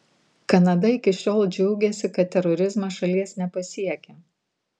kanada iki šiol džiaugėsi kad terorizmas šalies nepasiekia